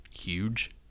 huge